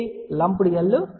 lumped L మరియు C